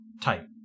type